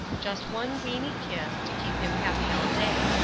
just one weeny kiss, to keep him happy all day.